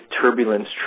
turbulence